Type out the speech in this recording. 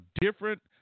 different